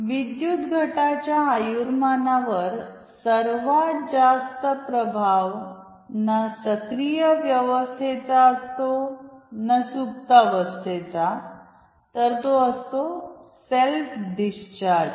विद्युत घटाच्या आयुर्मानावर सर्वात जास्त प्रभाव ना सक्रिय व्यवस्थेचा असतो ना सुप्तावस्थेचा तर तो असतो सेल्फ डिस्चार्जचा